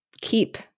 keep